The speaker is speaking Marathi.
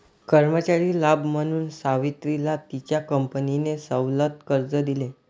कर्मचारी लाभ म्हणून सावित्रीला तिच्या कंपनीने सवलत कर्ज दिले